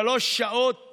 שלוש שעות